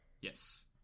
Yes